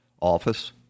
office